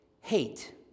hate